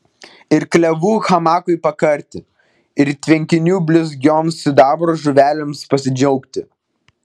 ir klevų hamakui pakarti ir tvenkinių blizgioms sidabro žuvelėms pasidžiaugti